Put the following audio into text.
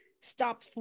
stop